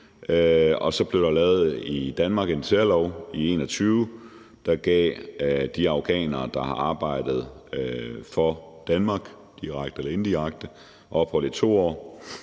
og så blev der i Danmark lavet en særlov i 2021, der gav de afghanere, der har arbejdet for Danmark, direkte eller indirekte, ophold i 2 år.